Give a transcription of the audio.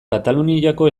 kataluniako